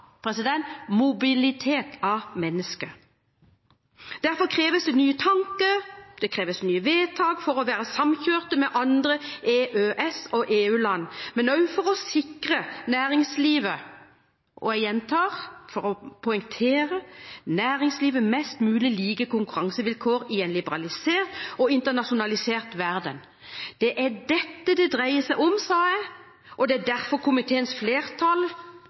mobilitet av mennesker. Derfor kreves det nye tanker, det kreves nye vedtak for å være samkjørte med andre EØS- og EU-land, men også for å sikre næringslivet – og jeg gjentar for å poengtere – sikre næringslivet mest mulig like konkurransevilkår i en liberalisert og internasjonalisert verden. Det er dette det dreier seg om, sa jeg, og det er derfor komiteens flertall